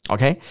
Okay